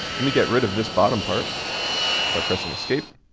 let me get rid of this bottom part by pressing escape.